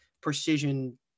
precision